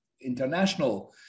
international